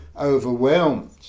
overwhelmed